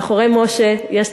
מאחורי משה יש צפורה,